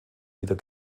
wieder